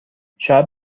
شاید